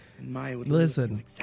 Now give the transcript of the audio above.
Listen